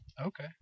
Okay